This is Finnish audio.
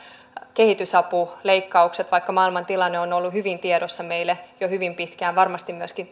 kehitysapuleikkaukset vaikka maailman tilanne on ollut hyvin tiedossa meillä jo hyvin pitkään varmasti myöskin